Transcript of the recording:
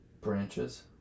Branches